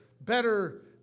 better